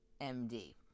MD